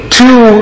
two